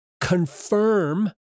confirm